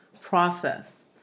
process